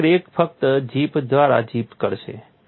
તેથી ક્રેક ફક્ત ઝિપ દ્વારા ઝિપ કરશે